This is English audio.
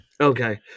Okay